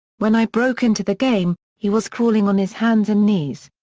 when i broke into the game, he was crawling on his hands and knees.